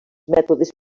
mètodes